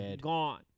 gone